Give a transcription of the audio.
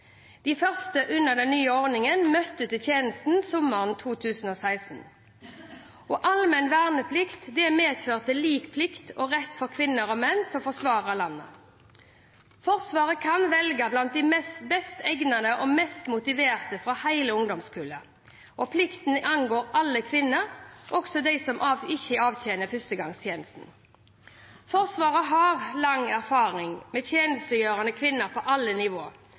De første under den nye ordningen møtte til tjeneste sommeren 2016. Allmenn verneplikt medførte lik plikt og rett for kvinner og menn til å forsvare landet. Forsvaret kan velge blant de best egnede og mest motiverte fra hele ungdomskullet. Plikten angår alle kvinner, også dem som ikke avtjener førstegangstjenesten. Forsvaret har lang erfaring med tjenestegjørende kvinner på alle nivå,